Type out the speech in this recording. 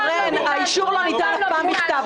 שרן, האישור לא ניתן אף פעם בכתב.